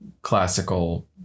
Classical